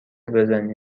بزنی